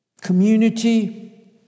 Community